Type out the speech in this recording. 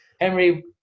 Henry